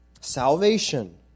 salvation